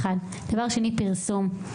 דבר שני, פרסום.